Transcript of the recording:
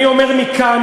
אני אומר מכאן,